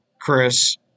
Chris